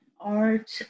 art